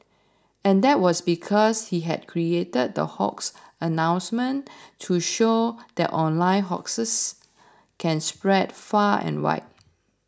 and that was because he had created the hoax announcement to show that online hoaxes can spread far and wide